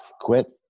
quit